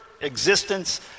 existence